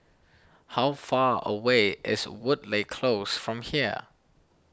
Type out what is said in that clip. how far away is Woodleigh Close from here